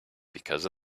because